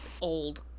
old